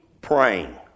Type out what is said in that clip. praying